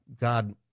God